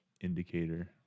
indicator